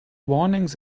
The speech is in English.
warnings